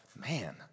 man